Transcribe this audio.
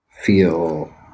feel